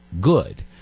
good